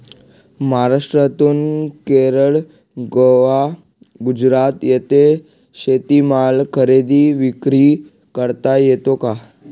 महाराष्ट्रातून केरळ, गोवा, गुजरात येथे शेतीमाल खरेदी विक्री करता येतो का?